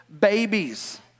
babies